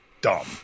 dumb